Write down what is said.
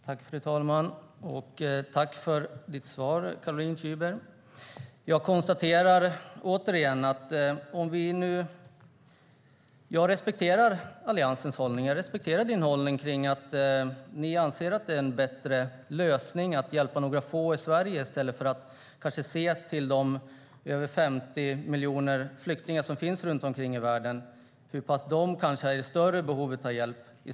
Fru talman! Tack för svaret, Caroline Szyber! Jag respekterar Alliansens hållning. Jag respekterar Caroline Szybers hållning att Kristdemokraterna anser att det är en bättre lösning att hjälpa några få i Sverige i stället för att se till de över 50 miljoner flyktingar runt om i världen som kanske är i större behov av hjälp.